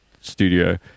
studio